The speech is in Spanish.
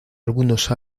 algunos